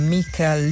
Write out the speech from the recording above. Mika